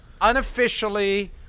unofficially